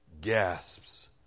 gasps